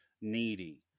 needy